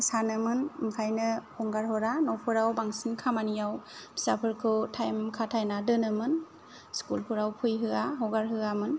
सानोमोन ओंखायनो हगार हरा न'खराव बांसिन खामानियाव फिसाफोरखौ टाइम खाथायनानै दोनोमोन स्कुलफ्राव फैहोआ हगार हरामोन